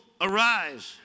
arise